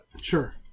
sure